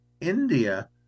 India